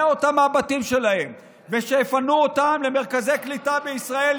אותם מהבתים שלהם ושיפנו אותם למרכזי קליטה בישראל,